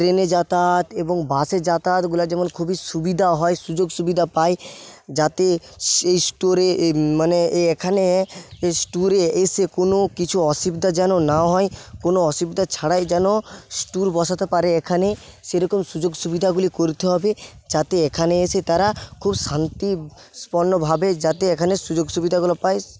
ট্রেনে যাতায়াত এবং বাসে যাতায়াতগুলা যেমন খুবই সুবিধা হয় সুযোগ সুবিধা পায় যাতে সে মানে এখানে ট্যুরে এসে কোনো কিছু অসুবিধা যেন না হয় কোনো অসুবিধা ছাড়াই যেন ট্যুর বসাতে পারে এখানে সেরকম সুযোগ সুবিধাগুলি করতে হবে যাতে এখানে এসে তারা খুব শান্তিপূর্ণভাবে যাতে এখানে সুযোগ সুবিধাগুলো পায়